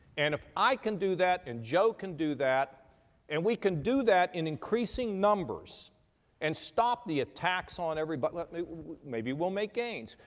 and if i can do that and joe can do that and we can do that in increasing numbers and stop the attacks on everybody may, maybe we'll make gains.